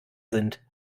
sind